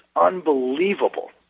unbelievable